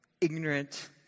ignorant